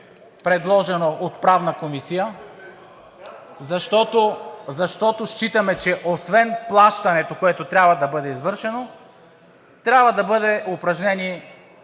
предложено от Правната комисия, защото считаме, че освен плащането, което трябва да бъде извършено, трябва да бъде упражнен